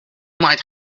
might